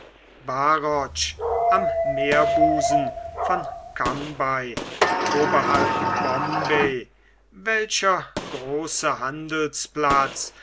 am meerbusen von cambay oberhalb bombay welcher große handelsplatz